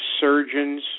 surgeons